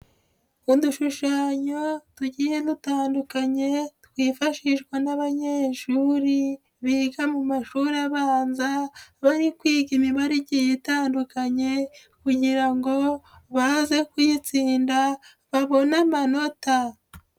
Udushushanyo tugiye dutandukanye twifashishwa n'abanyeshuri biga mu mashuri abanza, bari kwiga imibare igiye itandukanye kugira ngo baze kuyitsinda babone amanota.